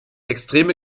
extreme